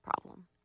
problem